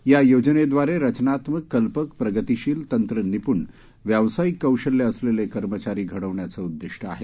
या योजनेद्वारे रचनात्मक कल्पक प्रगतिशील तंत्र निप्ण व्यावसायिक कौशल्य सलेले कर्मचारी घडवण्याचं उददिष्ट आहे